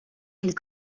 elle